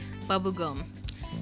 bubblegum